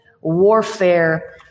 Warfare